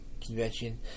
convention